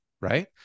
right